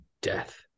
death